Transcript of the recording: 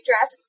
dress